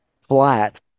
flat